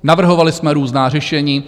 Navrhovali jsme různá řešení.